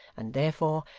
and, therefore,